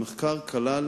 המחקר כלל